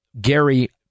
Gary